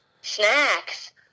snacks